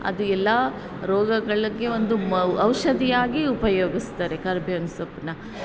ಅದು ಎಲ್ಲ ರೋಗಗಳಿಗೆ ಒಂದು ಔಷಧಿಯಾಗಿ ಉಪಯೋಗಿಸ್ತಾರೆ ಕರ್ಬೇವಿನ ಸೊಪ್ಪನ್ನ